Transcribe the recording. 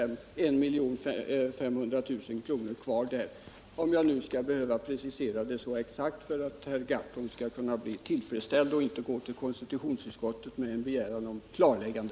finns således kvar på detta anslag-om Nr 159 jag nu skall behöva precisera det så exakt för att Per Gahrton skall bli tillfredsställd och inte gå till konstitutionsutskottet med en begäran om klarläggande.